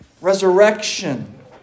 resurrection